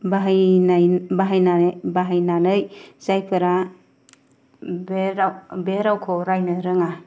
बाहायनाय बाहायनानै जायफोरा बे रावखौ रायनो रोङा